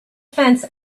fence